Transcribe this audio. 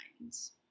lines